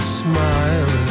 smile